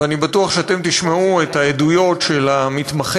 ואני בטוח שאתם תשמעו את העדויות של המתמחים